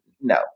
No